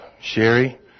Sherry